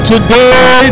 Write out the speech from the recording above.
today